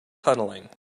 tunneling